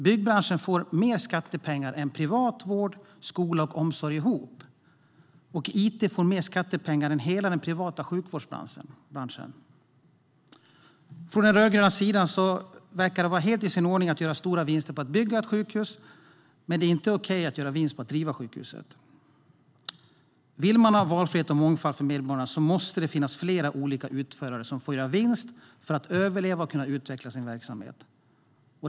Byggbranschen får mer skattepengar än privat vård, skola och omsorg ihop. Och it-branschen får mer skattepengar än hela den privata sjukvårdsbranschen. Från den rödgröna sidan verkar det vara helt i sin ordning att göra stora vinster på att bygga ett sjukhus, men det är inte okej att göra en vinst på att driva sjukhuset. Vill man ha valfrihet och mångfald för medborgarna måste det finnas flera olika utförare som får göra vinst för att överleva och kunna utveckla verksamheten.